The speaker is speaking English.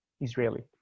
Israeli